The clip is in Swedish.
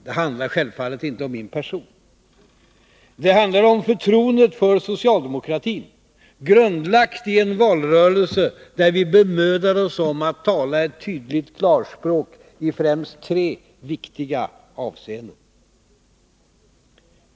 Det handlar självfallet inte om min person. Det handlar om förtroendet för socialdemokratin, grundlagt i en valrörelse där vi bemödade oss om att tala ett tydligt klarspråk i främst tre viktiga avseenden.